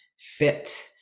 fit